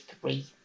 three